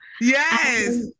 yes